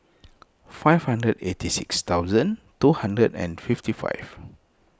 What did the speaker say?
five hundred eighty six thousand two hundred and fifty five